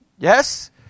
Yes